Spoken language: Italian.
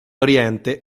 oriente